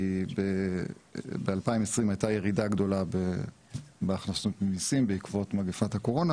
כי ב-2020 הייתה ירידה גדולה בהכנסות ממיסים בעקבות מגפת הקורונה,